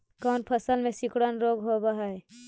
कोन फ़सल में सिकुड़न रोग होब है?